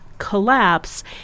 collapse